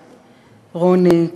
רוני,